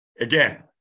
Again